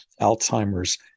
Alzheimer's